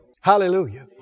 Hallelujah